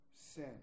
sin